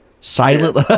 silent